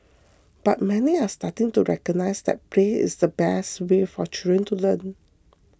but many are starting to recognise that play is the best way for children to learn